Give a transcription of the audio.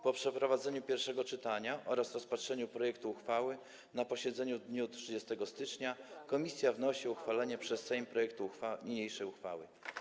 Po przeprowadzeniu pierwszego czytania oraz rozpatrzeniu projektu uchwały na posiedzeniu w dniu 30 stycznia komisja wnosi o uchwalenie przez Sejm projektu niniejszej uchwały.